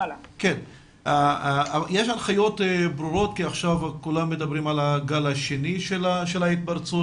יש הנחיות ברורות - כי עכשיו כולם מדברים על הגל השני של ההתפרצות